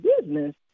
business